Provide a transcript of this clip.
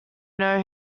know